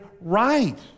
right